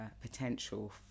potential